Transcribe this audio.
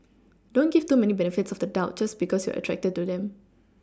don't give too many benefits of the doubt just because you're attracted to them